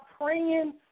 praying